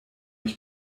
ich